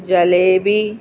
jalebi